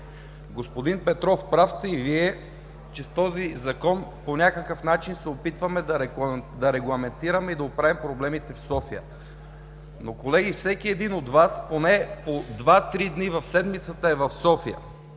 Господин Петров, прав сте и Вие, че с този Закон по някакъв начин се опитваме да регламентираме и да оправим проблемите в София. Но, колеги, всеки един от Вас поне по два-три дни в седмицата е в София